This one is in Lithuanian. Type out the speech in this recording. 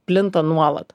plinta nuolat